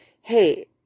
hey